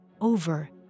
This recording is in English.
over